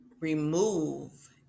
remove